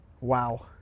wow